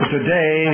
Today